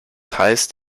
heißt